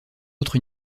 autre